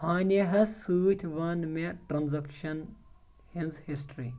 ہانِیہ ہَس سۭتۍ وَن مےٚ ٹرانزیکشن ہٕنٛز ہسٹری